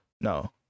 no